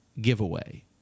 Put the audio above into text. giveaway